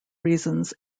reasons